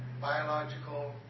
biological